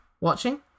watching